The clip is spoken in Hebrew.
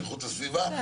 איכות הסביבה,